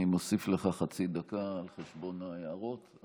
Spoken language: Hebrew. אני מוסיף לך חצי דקה על חשבון ההערות,